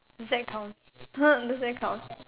does that count does that count